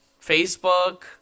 Facebook